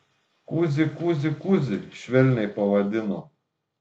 kuzi kuzi kuzi švelniai pavadino